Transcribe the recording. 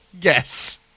Yes